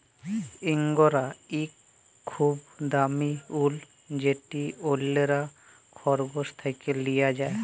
ইঙ্গরা ইক খুব দামি উল যেট অল্যরা খরগোশ থ্যাকে লিয়া হ্যয়